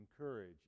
encourage